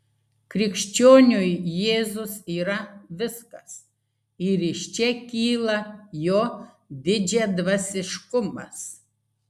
krikščioniui jėzus yra viskas ir iš čia kyla jo didžiadvasiškumas